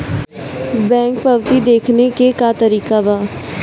Bank पवती देखने के का तरीका बा?